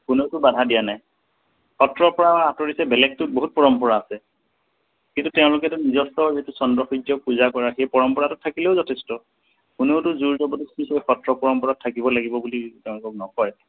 কোনেওটো বাধা দিয়া নাই সত্ৰৰ পৰা আঁতৰিছে বেলেগটো বহুত পৰম্পৰা আছে কিন্তু তেওঁলোকেতো নিজস্ব যিটো চন্দ্ৰ সূৰ্যক পূজা কৰা সেই পৰম্পৰাটোত থাকিলেও যথেষ্ট কোনেওটো জোৰ জবৰদস্তি সত্ৰ পৰম্পৰাত থাকিব লাগিব বুলি তেওঁলোকক নকয়